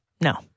no